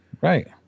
Right